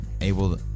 able